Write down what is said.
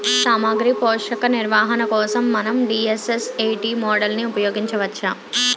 సామాగ్రి పోషక నిర్వహణ కోసం మనం డి.ఎస్.ఎస్.ఎ.టీ మోడల్ని ఉపయోగించవచ్చా?